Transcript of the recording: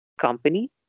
company